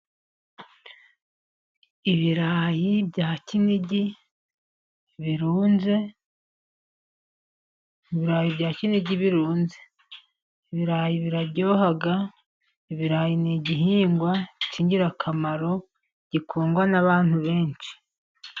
Ibirayi bya kKinigi birunze . Ibirayi bya Kinigi birunze ibirayi biraryohaga .Ibirayi ni igihingwa cy'ingirakamaro gikundwa n'abantu benshi.